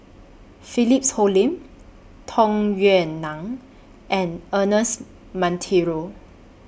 Philip Hoalim Tung Yue Nang and Ernest Monteiro